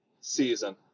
season